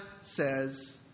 says